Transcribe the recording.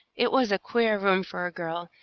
it was a queer room for a girl,